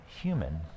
human